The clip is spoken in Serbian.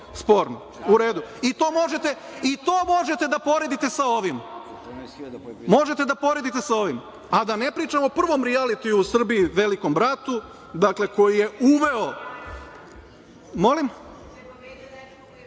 sporno. U redu. I to možete da poredite sa ovim. Možete da poredite sa ovim. A da ne pričam o prvom rijalitiju u Srbiji – „Velikom bratu“, u kome je učesnik polnim